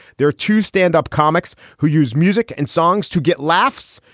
there are two stand up comics who use music and songs to get laughs.